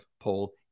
poll